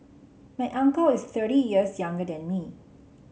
my uncle is thirty years younger than me